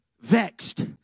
vexed